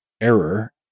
error